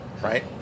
right